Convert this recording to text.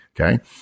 okay